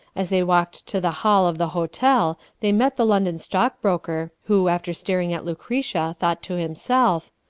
as they walked to the hall of the hotel they met the london stockbroker, who, after staring at lucretia, thought to himself,